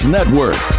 Network